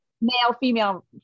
male-female